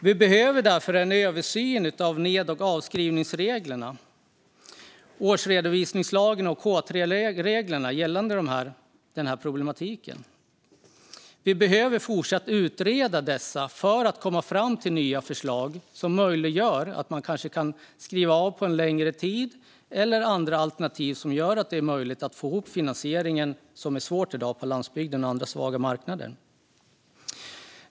Vi behöver därför en översyn av ned och avskrivningsreglerna, årsredovisningslagen och K3-reglerna gällande denna problematik. Vi behöver fortsatt utreda detta för att komma fram till nya förslag som möjliggör att man kanske kan skriva av på en längre tid eller som på andra sätt gör det möjligt att få ihop finansieringen. Finansieringen är svår i dag på landsbygden och andra svaga marknader.